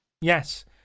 Yes